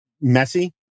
messy